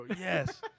yes